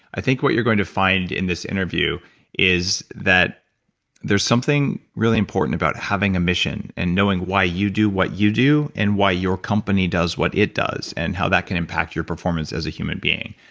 i think what you're going to find in this interview is that there's something really important about having a mission and knowing why you do what you do and why your company does what it does and how that can impact your performance as a human being.